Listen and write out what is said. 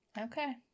Okay